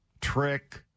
trick